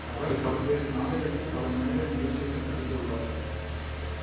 அவர் பல்வேறு நாடுகளில் பல மேடை நிகழ்ச்சிகளில் நடித்துள்ளார்